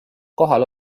kohal